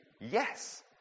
yes